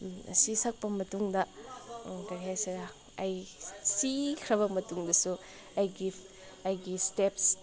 ꯑꯁꯤ ꯁꯛꯄ ꯃꯇꯨꯡꯗ ꯀꯩ ꯍꯥꯏꯁꯤꯔꯥ ꯑꯩ ꯁꯤꯈ꯭ꯔꯕ ꯃꯇꯨꯡꯗꯁꯨ ꯑꯩꯒꯤ ꯑꯩꯒꯤ ꯏꯁꯇꯦꯞꯁ